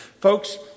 Folks